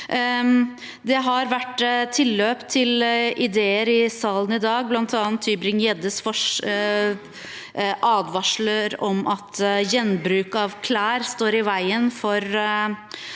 Det har vært tilløp til ideer i salen i dag, bl.a. Tybring-Gjeddes advarsler om at gjenbruk av klær står i veien for